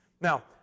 Now